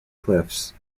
cliffs